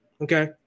okay